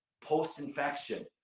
post-infection